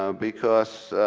ah because